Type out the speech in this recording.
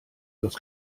dros